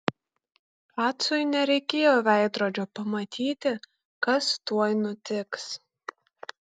kacui nereikėjo veidrodžio pamatyti kas tuoj nutiks